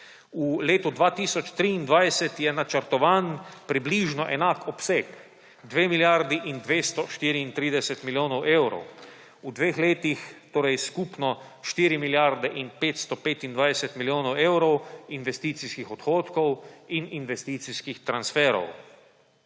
V letu 2023 je načrtovan približno enak obseg, dve milijardi in 234 milijonov evrov, v dveh letih torej skupno štiri milijarde in 525 milijonov evrov investicijskih odhodkov in investicijskih transferov.